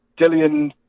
Dillian